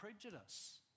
prejudice